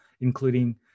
including